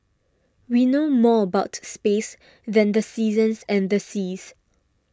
we know more about space than the seasons and the seas